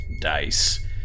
dice